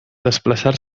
desplaçar